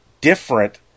different